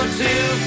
two